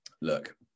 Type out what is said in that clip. look